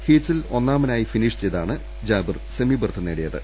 ഹീറ്റ്സിൽ ഒന്നാമനായി ഫിനിഷ് ചെയ്താണ് Jabir semi berth നേടിയത്